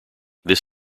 this